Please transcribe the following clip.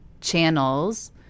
channels